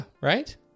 right